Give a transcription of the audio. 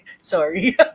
Sorry